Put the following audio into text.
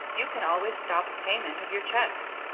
you can always stop payment of your cheques.